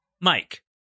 Mike